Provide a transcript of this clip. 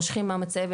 מושכים מהמצבת,